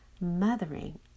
mothering